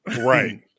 right